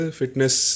fitness